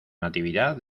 natividad